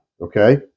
okay